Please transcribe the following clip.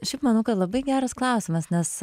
šiaip manau kad labai geras klausimas nes